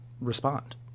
respond